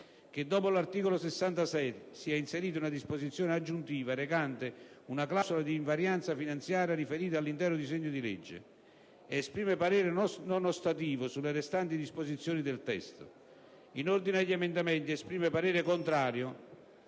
che dopo l'articolo 66 sia inserita una disposizione aggiuntiva recante una clausola di invarianza finanziaria riferita all'intero disegno di legge. Esprime parere non ostativo sulle restanti disposizioni dei testo. In ordine agli emendamenti esprime parere contrario,